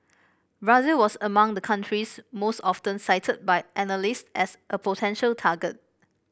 Brazil was among the countries most often cited by analyst as a potential target